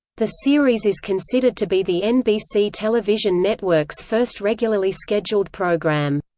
the series is considered to be the nbc television network's first regularly scheduled program.